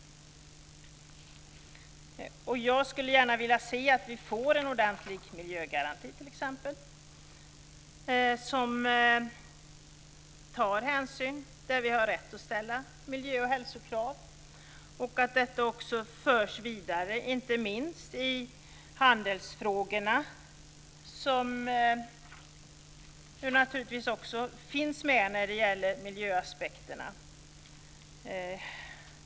Jag skulle gärna se att vi t.ex. får en ordentlig miljögaranti som tar hänsyn och att vi har rätt att ställa miljö och hälsokrav. Jag skulle gärna se att detta förs vidare inte minst i handelsfrågorna som naturligtvis också finns med när det gäller mijlöaspekterna.